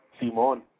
Simon